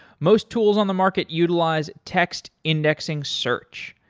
most tools on the market utilize text indexing search,